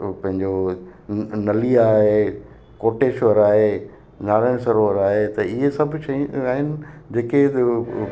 पंहिंजो न नली आए कोटेश्वर आहे नारायण सरोवर आहे त इहे सभु शयूं आहिनि जेके